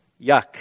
Yuck